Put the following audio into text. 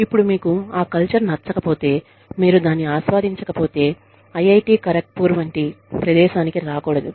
ఇప్పుడు మీకు ఆ కల్చర్ నచ్చకపోతే మీరు దాన్ని ఆస్వాదించకపోతే ఐఐటి ఖరగ్పూర్ వంటి ప్రదేశానికి రాకూడదు